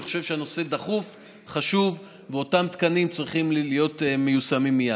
אני חושב שהנושא דחוף וחשוב ושאותם תקנים צריכים להיות מיושמים מייד.